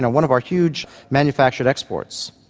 ah one of our huge manufactured exports.